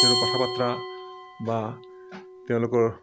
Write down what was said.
তেওঁৰ কথা বাৰ্তা বা তেওঁলোকৰ